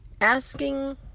asking